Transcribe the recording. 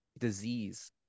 disease